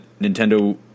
Nintendo